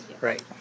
right